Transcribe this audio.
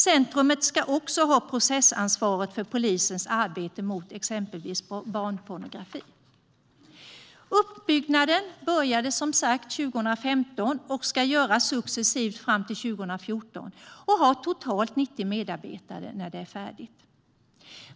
Centrumet ska också ha processansvaret för polisens arbete mot exempelvis barnpornografi. Uppbyggnaden började som sagt 2015 och ska göras successivt fram till 2017. Centrumet ska ha totalt 90 medarbetare när det är färdigt.